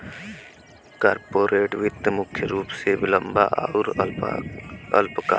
corporate वित्त मुख्य रूप से लंबा आउर अल्पकालिक वित्तीय योजना हौ